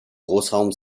großraum